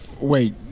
Wait